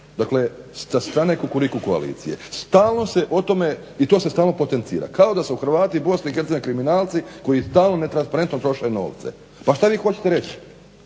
Dakle sa strane Kukuriku koalicije stalno se o tome i to se stalno potencira, kao da su Hrvati i BiH kriminalci koji stalno netransparentno troše novce. Pa šta vi hoćete reći?